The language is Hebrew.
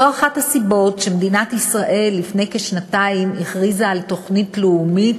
זו אחת הסיבות שמדינת ישראל הכריזה לפני כשנתיים על תוכנית לאומית